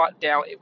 down